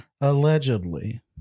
Allegedly